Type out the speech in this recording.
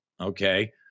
okay